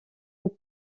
aux